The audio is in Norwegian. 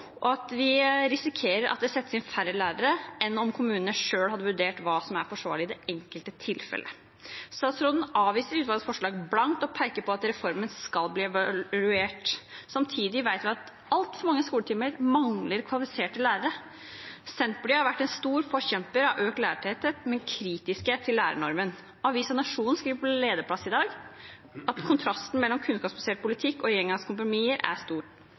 og at vi risikerer at det settes inn færre lærere enn om kommunene selv har vurdert hva som er forsvarlig i det enkelte tilfellet. Statsråden avviser utvalgets forslag blankt og peker på at reformen skal bli evaluert. Samtidig vet vi at i altfor mange skoletimer mangler kvalifiserte lærere. Senterpartiet har vært en sterk forkjemper for økt lærertetthet, men er kritisk til lærernormen. Avisen Nationen skriver på lederplass i dag at kontrasten mellom kunnskapsbasert politikk og engangskompromisser er stor.